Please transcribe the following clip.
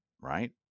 right